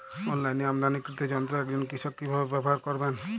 অনলাইনে আমদানীকৃত যন্ত্র একজন কৃষক কিভাবে ব্যবহার করবেন?